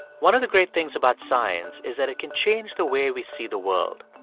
one of the great things about science is that it can change the way we see the world.